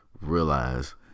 realize